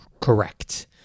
Correct